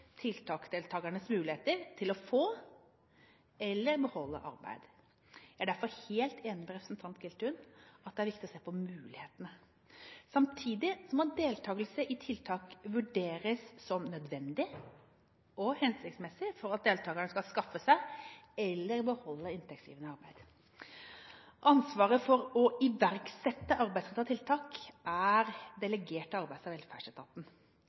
muligheter til å få eller beholde arbeid. Jeg er derfor helt enig med representanten Giltun i at det er viktig å se på mulighetene. Samtidig må deltakelse i tiltak vurderes som nødvendig og hensiktsmessig for at deltakerne skal kunne skaffe seg eller beholde inntektsgivende arbeid. Ansvaret for å iverksette arbeidsrettede tiltak er delegert til Arbeids- og velferdsetaten.